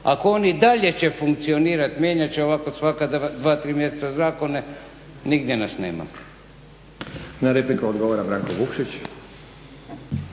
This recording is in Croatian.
Ako on i dalje će funkcionirati, mijenjat će ovako svaka dva, tri mjeseca zakone nigdje nas nema. **Stazić, Nenad (SDP)** Na repliku odgovara Branko Vukšić.